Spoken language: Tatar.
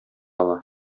ала